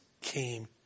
came